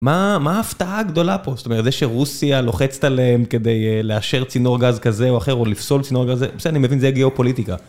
מה ההפתעה הגדולה פה? זאת אומרת, זה שרוסיה לוחצת עליהם כדי לאשר צינור גז כזה או אחר, או לפסול צינור גז, בסדר, אני מבין, זה גיאופוליטיקה.